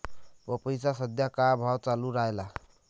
पपईचा सद्या का भाव चालून रायला?